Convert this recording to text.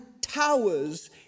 towers